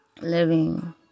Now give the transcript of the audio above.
living